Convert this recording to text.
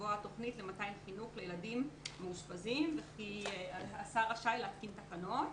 לקבוע תוכנית למתן חינוך לילדים מאושפזים וכי השר רשאי להתקין תקנות.